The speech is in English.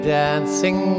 dancing